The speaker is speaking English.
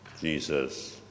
Jesus